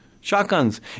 shotguns